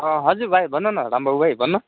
हजुर भाइ भनन रामबाबु भाइ भन